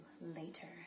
later